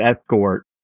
escort